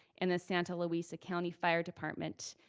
and the santa luisa county fire department,